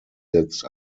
setzt